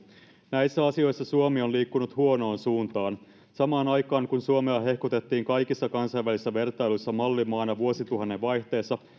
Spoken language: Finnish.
näissä asioissa suomi on liikkunut huonoon suuntaan samaan aikaan kun suomea hehkutettiin kaikissa kansainvälisissä vertailuissa mallimaana vuosituhannen vaihteessa